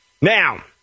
Now